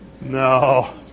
No